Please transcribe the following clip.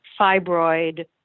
fibroid